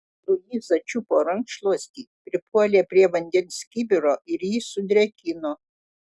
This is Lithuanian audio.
luiza čiupo rankšluostį pripuolė prie vandens kibiro ir jį sudrėkino